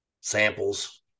samples